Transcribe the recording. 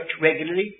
regularly